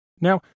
Now